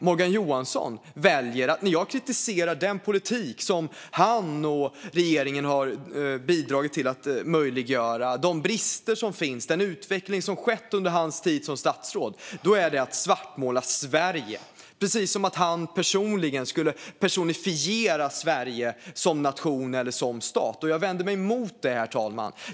Men när jag kritiserar den politik som Morgan Johansson och regeringen har bidragit till att möjliggöra, de brister som finns och den utveckling som skett under hans tid som statsråd kallar Morgan Johansson det för att svartmåla Sverige - precis som att han skulle personifiera Sverige som nation eller som stat. Jag vänder mig emot det, herr talman.